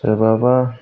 सोरबाबा